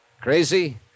Crazy